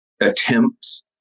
attempts